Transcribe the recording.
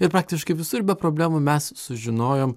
ir praktiškai visur be problemų mes sužinojom